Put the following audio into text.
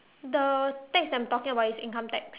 the tax that I'm talking about is income tax